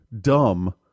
dumb